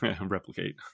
replicate